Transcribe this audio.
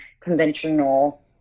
conventional